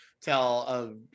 tell